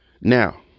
Now